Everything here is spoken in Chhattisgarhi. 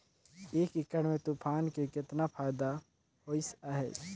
एक एकड़ मे तुमन के केतना फायदा होइस अहे